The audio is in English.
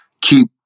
keep